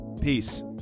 peace